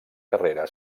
carrera